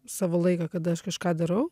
savo laiką kada aš kažką darau